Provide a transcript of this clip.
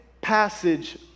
passage